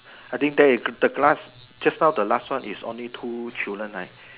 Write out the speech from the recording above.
I think there the class just now the last one is only two children right